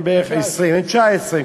19. הם 19,